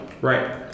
right